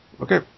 Okay